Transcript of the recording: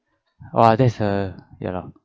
!wah! that's a ya lor